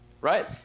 right